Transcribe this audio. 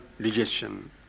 digestion